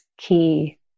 key